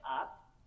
up